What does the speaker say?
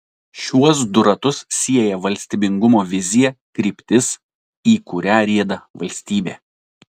šiuos du ratus sieja valstybingumo vizija kryptis į kurią rieda valstybė